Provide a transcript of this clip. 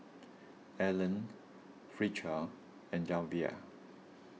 Alan Fletcher and Javier